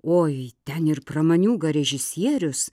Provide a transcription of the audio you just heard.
oi ten ir pramaniūga režisierius